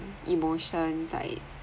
emotions like